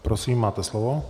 Prosím, máte slovo.